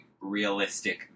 realistic